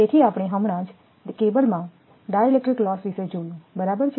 તેથી આપણે હમણાં જ કેબલમાં ડાઇલેક્ટ્રિક લોસ વિશે જોયું બરાબર છે